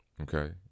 Okay